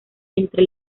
entre